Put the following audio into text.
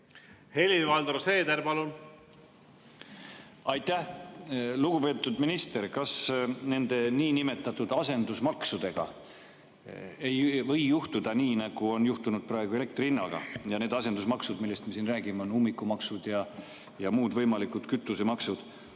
Helir-Valdor Seeder, palun! Aitäh! Lugupeetud minister! Kas nende asendusmaksudega ei või juhtuda nii, nagu on juhtunud praegu elektri hinnaga – need asendusmaksud, millest me siin räägime, on ummikumaksud ja muud võimalikud kütusemaksud